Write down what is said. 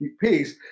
peace